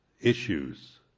issues